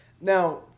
Now